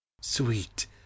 sweet